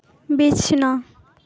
ᱵᱤᱪᱷᱱᱟ